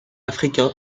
africain